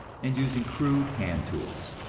and using crude hand tools.